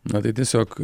na tai tiesiog